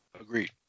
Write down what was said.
Agreed